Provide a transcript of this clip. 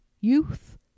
youth